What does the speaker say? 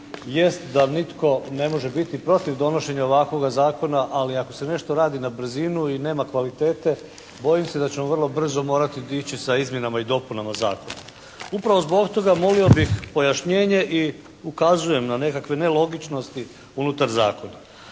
Jest da nitko ne može biti protiv donošenja ovakvoga zakona, ali ako se nešto radi na brzinu i nema kvalitete bojim se da ćemo vrlo brzo morati ići sa izmjenama i dopunama zakona. Upravo zbog toga molio bih pojašnjenje i ukazujem na nekakve nelogičnosti unutar zakona.